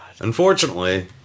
Unfortunately